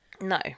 No